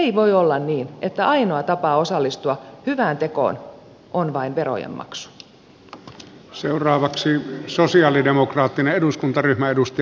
ei voi olla niin että ainoa tapa osallistua hyvän tekoon on vain verojen maksu